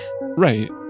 Right